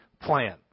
plan